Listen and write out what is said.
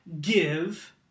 give